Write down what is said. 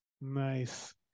nice